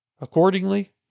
Accordingly